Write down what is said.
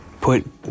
put